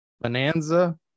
bonanza